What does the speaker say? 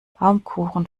baumkuchen